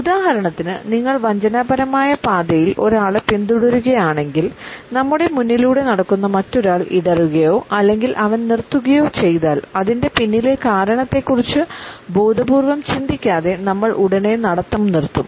ഉദാഹരണത്തിന് നിങ്ങൾ വഞ്ചനാപരമായ പാതയിൽ ഒരാളെ പിന്തുടരുകയാണെങ്കിൽ നമ്മുടെ മുന്നിലൂടെ നടക്കുന്ന മറ്റൊരാൾ ഇടറുകയോ അല്ലെങ്കിൽ അവൻ നിർത്തുകയോ ചെയ്താൽ അതിന്റെ പിന്നിലെ കാരണത്തെക്കുറിച്ച് ബോധപൂർവ്വം ചിന്തിക്കാതെ നമ്മൾ ഉടനെ നടത്തം നിർത്തും